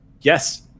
Yes